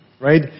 right